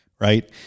right